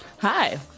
Hi